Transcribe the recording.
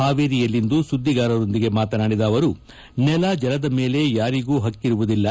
ಹಾವೇರಿಯಲ್ಲಿಂದು ಸುಧ್ಲಿಗಾರರೊಂದಿಗೆ ಮಾತನಾಡಿದ ಅವರು ನೆಲ ಜಲದ ಮೇಲೆ ಯಾರಿಗೂ ಪಕ್ಕಿರುವುದಿಲ್ಲ